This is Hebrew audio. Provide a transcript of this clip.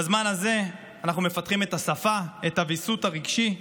בזמן הזה אנחנו מפתחים את השפה, את הוויסות הרגשי,